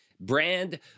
brand